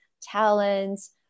talents